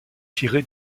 tiré